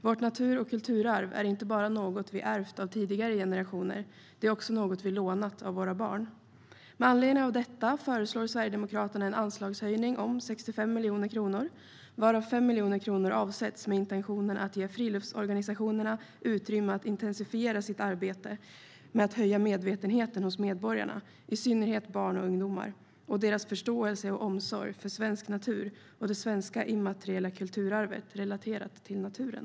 Vårt natur och kulturarv är inte bara något vi ärvt av tidigare generationer, utan det är också något vi lånat av våra barn. Med anledning av detta föreslår Sverigedemokraterna en anslagshöjning om 65 miljoner kronor, varav 5 miljoner kronor avsätts med intentionen att ge friluftsorganisationerna utrymme att intensifiera sitt arbete med att höja medvetenheten hos medborgarna - i synnerhet barn och ungdomar - och deras förståelse och omsorg för svensk natur och det svenska immateriella kulturarvet relaterat till naturen.